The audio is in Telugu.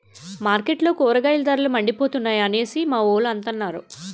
మార్కెట్లో కూరగాయల ధరలు మండిపోతున్నాయి అనేసి మావోలు అంతన్నారు